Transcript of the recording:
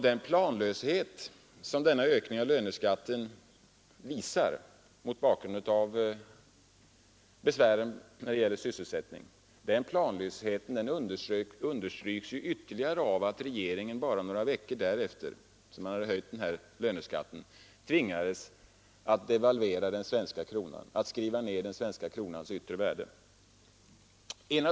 Den planlöshet, som denna ökning av löneskatten visar mot bakgrund av det besvärliga sysselsättningsläget, understryks ytterligare av att regeringen endast några veckor efter höjningen av löneskatten tvingades att skriva ner den svenska kronans yttre värde.